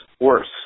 worse